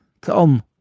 come